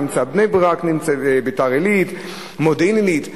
בני-ברק, ביתר-עילית, מודיעין-עילית.